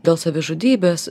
dėl savižudybės